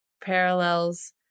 parallels